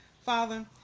father